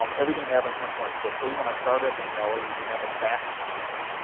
um everything happens much more quickly, when i started at vignelli, we didn't have a fax machine.